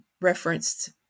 referenced